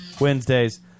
Wednesdays